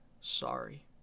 sorry